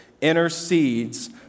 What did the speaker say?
intercedes